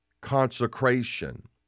consecration